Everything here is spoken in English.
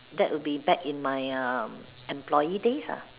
that would be back in my um employee days ah